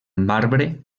marbre